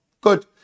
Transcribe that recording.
Good